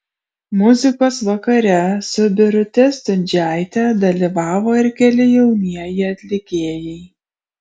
muzikos vakare su birute stundžiaite dalyvavo ir keli jaunieji atlikėjai